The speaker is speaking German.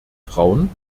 frauen